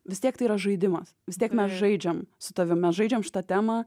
vis tiek tai yra žaidimas vis tiek mes žaidžiam su tavim mes žaidžiam šitą temą